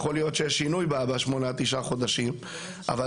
יכול להיות שיש שינוי בשמונה-תשעת החודשים האחרונים.